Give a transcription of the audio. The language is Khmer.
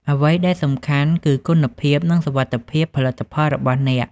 អ្វីដែលសំខាន់ គឺគុណភាព និងសុវត្ថិភាពផលិតផលរបស់អ្នក។